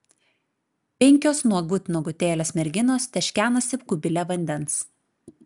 penkios nuogut nuogutėlės merginos teškenasi kubile vandens